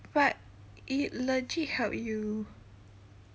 but it legit help you